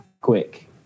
quick